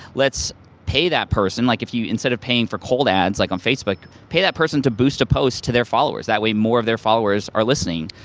let's pay that person, like if you, instead of paying for cold ads like on facebook, pay that person to boost a post to their followers. that way more of their followers are listening.